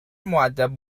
مودب